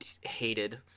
hated